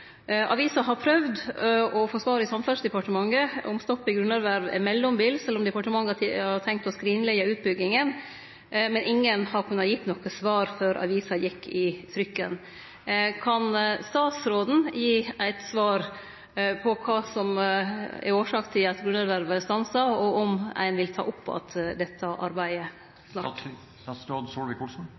Avisa har prøvd å få svar i Samferdselsdepartementet på om stoppen i grunnervervet er mellombels eller om departementet har tenkt å skrinleggje utbygginga, men ingen har kunna gi noko svar før avisa gjekk i trykken. Kan statsråden gi eit svar på kva som er årsaka til at grunnervervet er stansa, og på om ein vil ta opp att dette arbeidet? Jeg har egentlig allerede svart på det. Jeg sier at dette